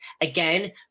again